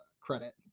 credit